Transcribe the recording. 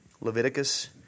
Leviticus